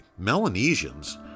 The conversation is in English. Melanesians